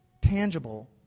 tangible